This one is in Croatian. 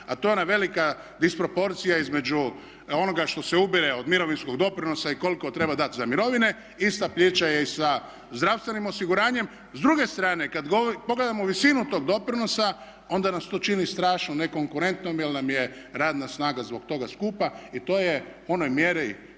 a to je ona velika disproporcija između onoga što se ubire od mirovinskog doprinosa i koliko treba dati za mirovine. Ista priča je i sa zdravstvenim osiguranjem. S druge strane pogledamo visinu tog doprinosa onda nas to čini strašno nekonkurentnom jer nam je radna snaga zbog toga skupa i to je u onoj mjeri